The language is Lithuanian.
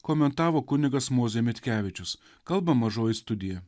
komentavo kunigas mozė mitkevičius kalba mažoji studija